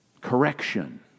correction